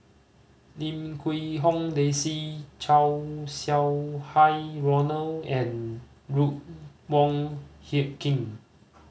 Lim Quee Hong Daisy Chow Sau Hai Roland and Ruth Wong Hie King